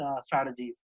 strategies